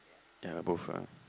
ya both ah